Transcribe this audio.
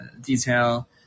detail